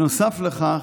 נוסף לכך,